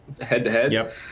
head-to-head